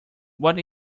what